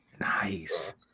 Nice